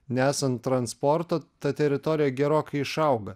nesant transporto ta teritorija gerokai išauga